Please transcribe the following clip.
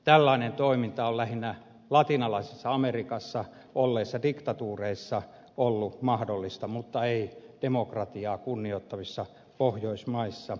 tällainen toiminta on lähinnä latinalaisessa amerikassa olleissa diktatuureissa ollut mahdollista mutta ei demokratiaa kunnioittavissa pohjoismaissa